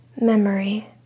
Memory